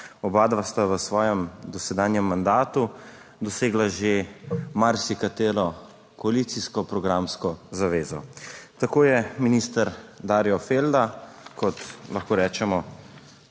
Oba sta v svojem dosedanjem mandatu dosegla že marsikatero koalicijsko programsko zavezo. Tako je minister Darjo Felda, lahko rečemo,